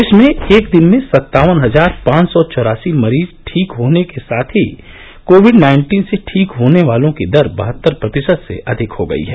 देश में एक दिन में सत्तावन हजार पांच सौ चौरासी मरीज ठीक होने के साथ ही कोविड नाइन्टीन से ठीक होने वालों की दर बहत्तर प्रतिशत से अधिक हो गई है